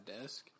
desk